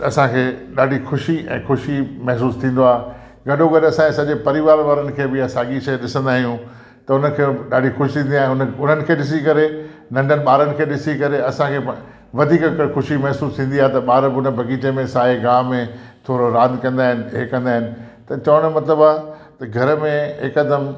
असांखे ॾाढी ख़ुशी ऐं ख़ुशी महसूस थींदो आहे गॾो गॾु असांजे सॼे परिवार वारनि खे बि साॻी शइ ॾिसंदा आहियूं त उन खे ॾाढी ख़ुशी थींदी आहे उन उन्हनि खे ॾिसी करे नंढन ॿारन खे ॾिसी करे असांखे व वधीक ख़ुशी महसूस थींदी आहे त ॿार बि उन बाग़ीचे में साई ॻाह में थोरो रांद कंदा आहिनि इहे कंदा आहिनि त चवण जो मतिलबु आहे त घर में हिकदमु